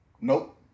Nope